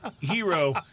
hero